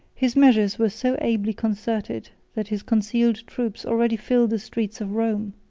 his measures were so ably concerted that his concealed troops already filled the streets of rome.